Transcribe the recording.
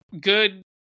good